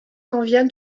conviennent